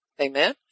Amen